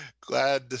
Glad